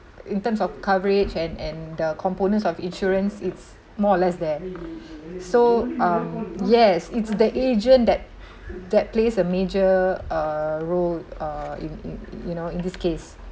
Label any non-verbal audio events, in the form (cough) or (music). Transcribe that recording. in terms of coverage and and the components of insurance it's more or less there (breath) so um yes it's the agent that that plays a major uh role uh i~ i~ in you know in this case